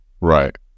Right